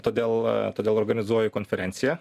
todėl a todėl todėl organizuoju konferenciją